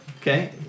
Okay